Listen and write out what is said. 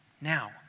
Now